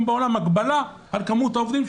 בעולם לא קיימת הגבלה על כמות העובדים.